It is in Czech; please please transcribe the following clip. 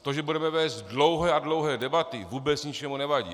To, že budeme vést dlouhé a dlouhé debaty, vůbec ničemu nevadí.